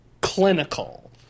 clinical